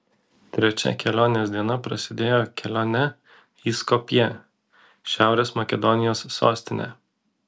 trečia kelionės diena prasidėjo kelione į skopję šiaurės makedonijos sostinę